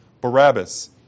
Barabbas